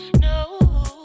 No